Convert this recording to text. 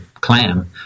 clam